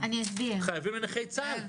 חייבים לנכי צה"ל.